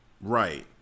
right